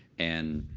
and